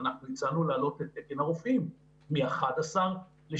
אנחנו הצלחנו להעלות את תקן הרופאים מ-11 ל-16,